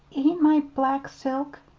ain't my black silk